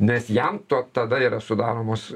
nes jam to tada yra sudaromos